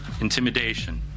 intimidation